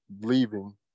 leaving